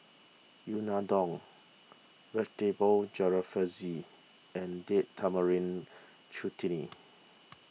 Unadon Vegetable Jalfrezi and Date Tamarind Chutney